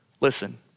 Listen